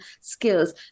skills